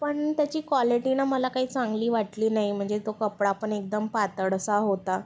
पण त्याची क्वालेटी नं मला काही चांगली वाटली नाही म्हणजे जे तो कपडा पण एकदम पातळसा होता